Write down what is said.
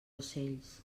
ocells